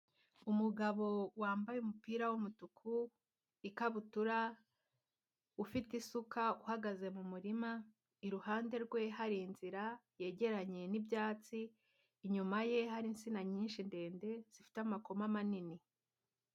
Umugabo wambaye umupira w'umutuku, ikabutura, ufite isuka uhagaze mu murima, iruhande rwe hari inzira yegeranye n'ibyatsi, inyuma ye hari insina nyinshi ndende zifite amakoma manini.